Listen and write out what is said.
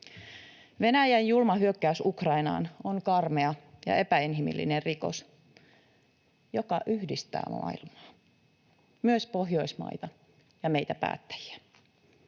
Venäjän julma hyökkäys Ukrainaan on karmea ja epäinhimillinen rikos, joka yhdistää maailmaa, myös Pohjoismaita ja meitä päättäjiä.